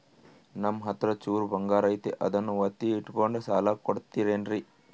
ನಮ್ಮಹತ್ರ ಚೂರು ಬಂಗಾರ ಐತಿ ಅದನ್ನ ಒತ್ತಿ ಇಟ್ಕೊಂಡು ಸಾಲ ಕೊಡ್ತಿರೇನ್ರಿ?